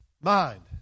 mind